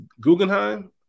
Guggenheim